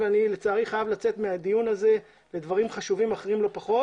אני חייב לצאת מהדיון הזה לדברים חשובים לא פחות,